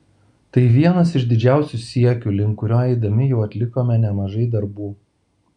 tai vienas iš didžiausių siekių link kurio eidami jau atlikome nemažai darbų